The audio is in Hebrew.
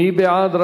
מי בעד?